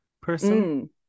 person